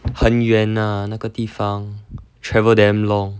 很远 ah 那个地方 travel damn long